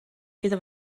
gyda